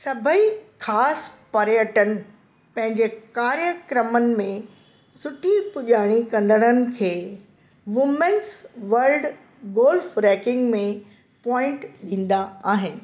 सभई ख़ासि पर्यटन पंहिंजे कार्य क्रमनि में सुठी पुॼाणी कंदड़नि खे वूमेन्स वर्ल्ड गोल्फ रैंकिंग में पॉइंट ॾींदा आहिनि